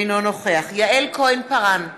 אינו נוכח יעל כהן-פארן,